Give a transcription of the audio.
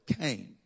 came